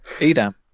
Edam